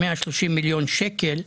130 מיליון שקל,